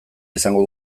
izango